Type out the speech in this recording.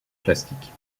plastique